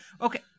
Okay